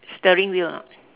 steering wheel or not